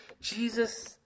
Jesus